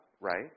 right